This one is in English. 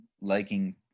liking